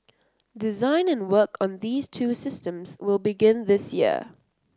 design and work on these two systems will begin this year